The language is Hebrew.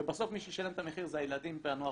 ובסוף מי שישלם את המחיר זה הילדים והנוער